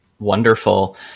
wonderful